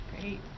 Great